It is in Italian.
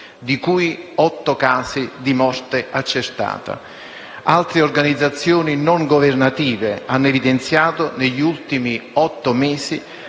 di cui otto casi di morte accertata. Altre organizzazioni non governative hanno evidenziato negli ultimi otto mesi